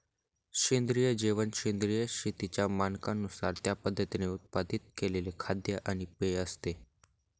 सेंद्रिय जेवण सेंद्रिय शेतीच्या मानकांनुसार त्या पद्धतीने उत्पादित केलेले खाद्य आणि पेय असते